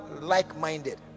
like-minded